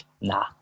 nah